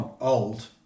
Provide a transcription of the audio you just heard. old